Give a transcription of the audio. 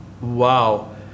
Wow